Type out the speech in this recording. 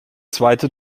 zweite